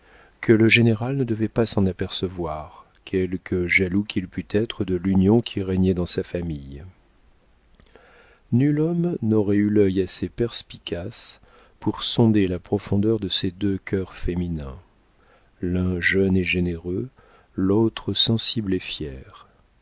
que le général ne devait pas s'en apercevoir quelque jaloux qu'il pût être de l'union qui régnait dans sa famille nul homme n'aurait eu l'œil assez perspicace pour sonder la profondeur de ces deux cœurs féminins l'un jeune et généreux l'autre sensible et fier